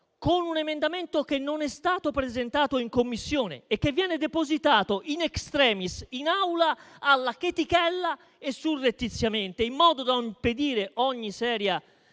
con un emendamento che non è stato presentato in Commissione e che viene depositato *in extremis* in Aula alla chetichella e surrettiziamente, in modo da impedire ogni seria